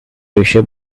ratio